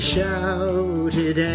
shouted